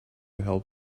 help